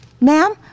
Ma'am